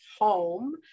home